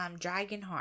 Dragonheart